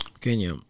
Kenya